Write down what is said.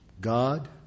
God